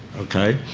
okay.